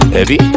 Heavy